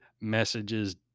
messages